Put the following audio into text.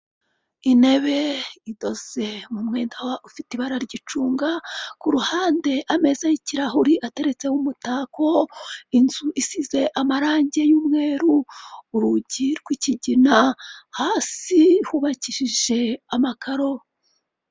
Intebe idoze mu mwenda ufite ibara ry'icunga, ku ruhande ameza y'ikirahuri ateretseho umutako, inzu isize amarangi y'umweru, urugi rw'ikigina hasi hubakishije amakaro.